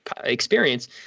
Experience